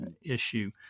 issue